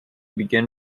begin